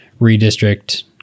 redistrict